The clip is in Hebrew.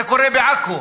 זה קורה בעכו,